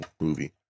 movie